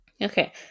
Okay